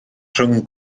rhwng